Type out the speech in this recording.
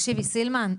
תקשיבי סילמן,